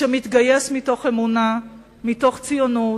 שמתגייס מתוך אמונה, מתוך ציונות,